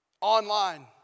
Online